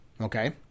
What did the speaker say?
okay